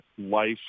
life